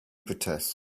protest